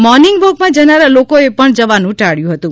morning વોકમાં જનારા લોકોએ પણ જવાનું ટાળ્યું હતું